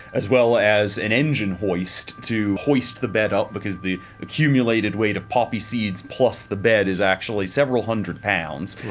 as well as an engine hoist to hoist the bed up, because the accumulated weight of poppy seeds plus the bed is actually several hundred pounds.